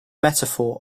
metaphor